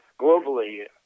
globally